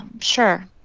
sure